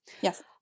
yes